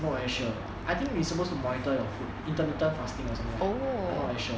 not very sure I think you need to monitor your food intermittent fasting or something like that I'm not very sure